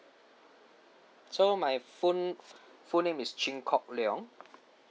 so my full full name is chin kok leong